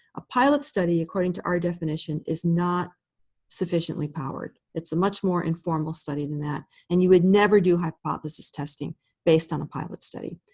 a pilot study, according to our definition, is not sufficiently powered. it's a much more informal study than that. and you would never do hypothesis testing based on a pilot study.